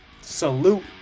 Salute